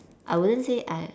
I wouldn't say I